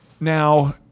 Now